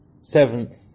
seventh